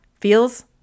feels